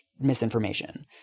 misinformation